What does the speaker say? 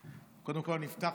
קודם כול, נפתח